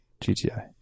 GTI